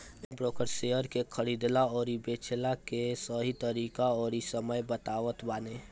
stockbroker share के खरीदला अउरी बेचला कअ सही तरीका अउरी समय बतावत बाने